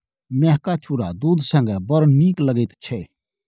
मेहका चुरा दूध संगे बड़ नीक लगैत छै